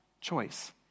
choice